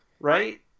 Right